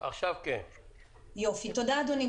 תודה, אדוני.